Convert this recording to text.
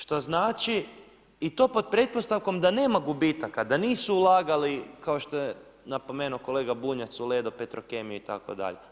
Što znači, i to pod pretpostavkom da nema gubitaka, da nisu ulagali kao što je napomenuo kolega Bunjac u Ledo, Petrokemiju itd.